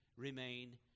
remain